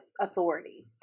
authority